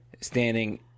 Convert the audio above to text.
standing